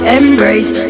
embrace